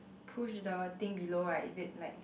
push the thing below right is it like